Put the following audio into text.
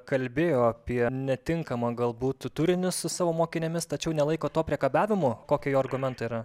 kalbėjo apie netinkamą galbūt turinio su savo mokinėmis tačiau nelaiko to priekabiavimo kokio jo argumentai yra